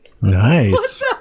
Nice